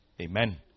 Amen